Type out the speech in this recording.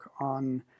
on